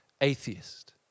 atheist